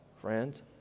friends